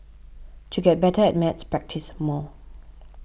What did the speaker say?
to get better at maths practise more